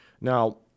Now